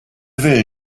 will